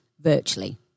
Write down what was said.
virtually